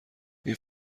این